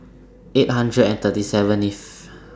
eight hundred and thirty seven If